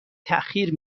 تاخیر